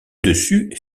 dessus